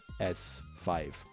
S5